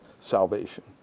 salvation